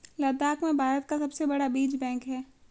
लद्दाख में भारत का सबसे बड़ा बीज बैंक है